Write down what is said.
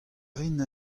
rin